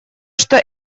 что